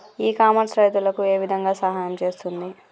ఇ commerce రైతులకు ఏ విధంగా సహాయం చేస్తుంది?